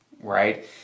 right